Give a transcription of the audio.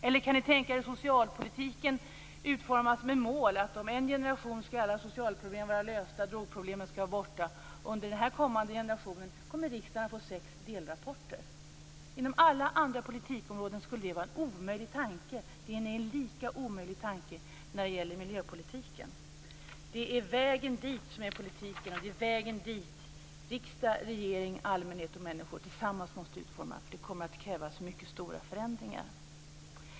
Eller kan ni tänka er socialpolitiken utformas med målet att om tiden för en generation skall alla sociala problem vara lösta och drogproblemen skall vara borta? Under tiden för den kommande generationen kommer riksdagen att få sex delrapporter. Under alla andra politikområden skulle detta vara en omöjlig tanke. Det är en lika omöjlig tanke när det gäller miljöpolitiken. Det är vägen dit som är politiken, och det är vägen dit som riksdag, regering och allmänhet tillsammans måste utforma, för det kommer att krävas mycket stora förändringar.